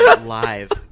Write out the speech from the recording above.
live